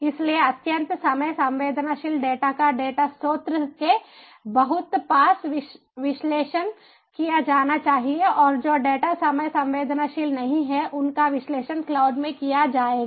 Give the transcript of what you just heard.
इसलिए अत्यंत समय संवेदनशील डेटा का डेटा स्रोत के बहुत पास विश्लेषण किया जाना चाहिए और जो डेटा समय संवेदनशील नहीं हैं उनका विश्लेषण क्लाउड में किया जाएगा